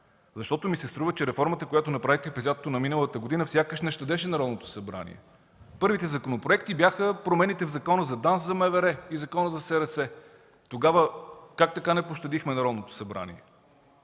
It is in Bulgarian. защото ми се струва, че реформата, която направихте през лятото миналата година, сякаш не щадеше Народното събрание. Първите законопроекти бяха промените в Закона за ДАНС, за МВР и Закона за СРС. Тогава как така не пощадихме Народното събрание?!